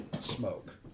Smoke